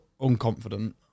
unconfident